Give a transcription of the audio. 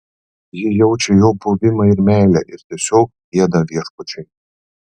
ji jaučia jo buvimą ir meilę ir tiesiog gieda viešpačiui